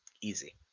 Easy